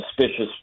suspicious